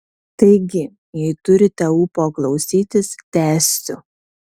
taigi jei turite ūpo klausytis tęsiu